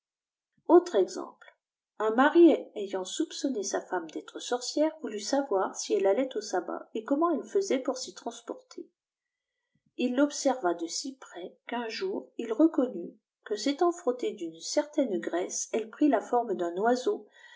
autre exemple un mari q ant wupçwné w femme sltre sorcière voulut siavoir si elle al uit au sabatt comment eue ftdsait pour s'y transporter il l'observa de si pnès vjar il feconnut que s'étant frottée d'une certaine graisse elle prit la forme d'un oiseau